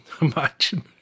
imagine